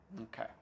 Okay